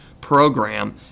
program